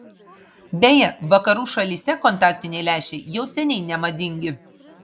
beje vakarų šalyse kontaktiniai lęšiai jau seniai nemadingi